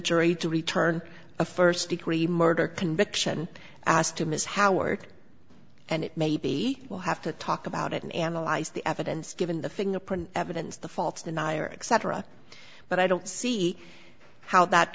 jury to return a first degree murder conviction as to ms howard and it maybe we'll have to talk about it and analyze the evidence given the fingerprint evidence the faults denyer etc but i don't see how that